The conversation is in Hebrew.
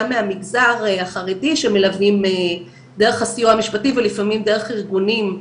גם מהמגזר החרדי שמלווים דרך הסיוע המשפטי ולפעמים דרך ארגונים,